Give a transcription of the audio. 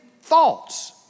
thoughts